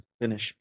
finish